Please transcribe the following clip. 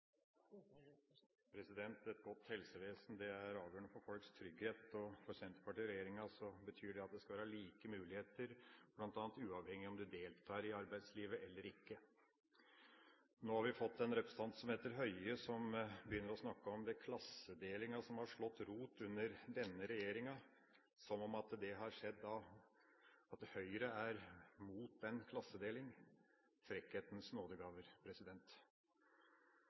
Et godt helsevesen er avgjørende for folks trygghet, og for Senterpartiet og regjeringen betyr det bl.a. at det skal være like muligheter uavhengig om du deltar i arbeidslivet eller ikke. Nå har vi representanten Høie som begynner å snakke om den klassedelinga som har slått rot under denne regjeringa – som om Høyre er imot en klassedeling! Det er frekkhetens nådegåve fra Høyre, som er